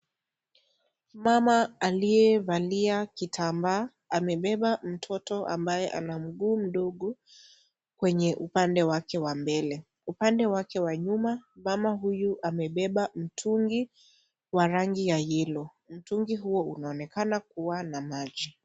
Mama aliyevalia kitambaa amebeba mtoto ambaye ana mguu mdogo kwenye upande wake wa mbele, upande wake wa nyuma mana huyu amebeba mtungi wa rangi ya yellow mtungi huo unaonekana kuwa na maji.